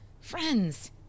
Friends